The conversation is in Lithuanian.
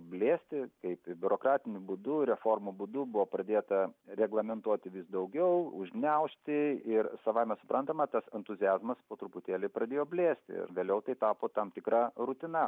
blėsti kaip biurokratiniu būdu reformų būdu buvo pradėta reglamentuoti vis daugiau užgniaužti ir savaime suprantama tas entuziazmas po truputėlį pradėjo blėsti o vėliau tai tapo tam tikra rutina